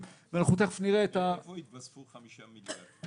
מאיפה התווספו חמישה מיליארד?